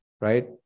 right